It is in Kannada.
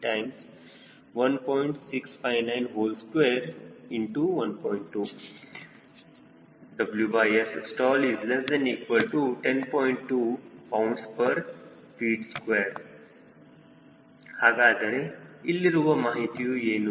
2 lbft2 ಹಾಗಾದರೆ ಇಲ್ಲಿರುವ ಮಾಹಿತಿಯು ಏನು